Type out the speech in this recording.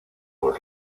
paul